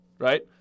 Right